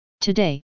Today